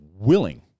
willing